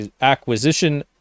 acquisition